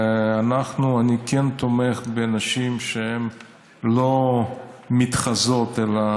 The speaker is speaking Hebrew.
אני כן תומך בנשים שהן לא מתחזות אלא